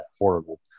horrible